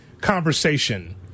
conversation